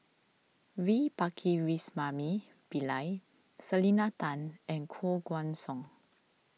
V Pakirisamy Pillai Selena Tan and Koh Guan Song